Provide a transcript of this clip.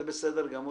זה בסדר גמור.